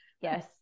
Yes